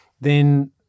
then-